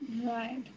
right